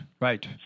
Right